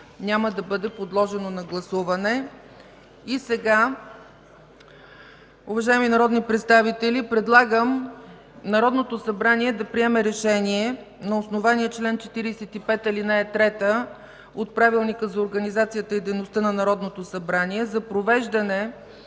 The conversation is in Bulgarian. няма да бъде подложено на гласуване.